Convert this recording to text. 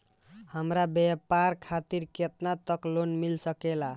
हमरा व्यापार खातिर केतना तक लोन मिल सकेला?